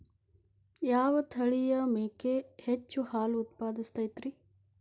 ಯಾವ ತಳಿಯ ಮೇಕೆ ಹೆಚ್ಚು ಹಾಲು ಉತ್ಪಾದಿಸತೈತ್ರಿ?